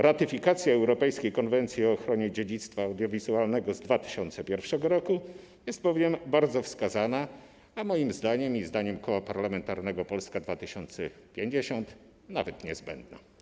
Ratyfikacja Europejskiej Konwencji o ochronie dziedzictwa audiowizualnego z 2001 r. jest bowiem bardzo wskazana, a moim zdaniem i zdaniem Koła Parlamentarnego Polska 2050 nawet niezbędna.